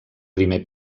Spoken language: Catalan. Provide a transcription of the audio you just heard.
primer